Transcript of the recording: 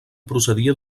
procedia